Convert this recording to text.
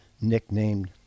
Nicknamed